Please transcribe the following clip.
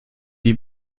die